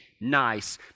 nice